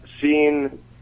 seen